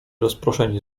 rozproszeni